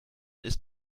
ist